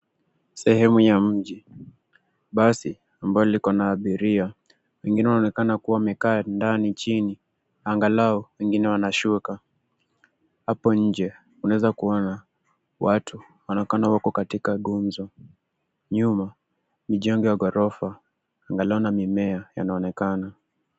Sehemu ya mji basi ambalo likona abiria wengine wanaonekana kuwa wamekaa ndani chini na angalau wengine wanashuka. Apo inje unaweza kuona watu wanaonekana wako katika gumzo, nyuma ni jengo ya gorofa angalau na mimea yanaonekana